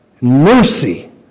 mercy